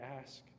ask